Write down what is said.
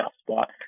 spot